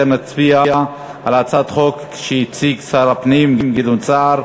נצביע על הצעת החוק שהציג שר הפנים גדעון סער,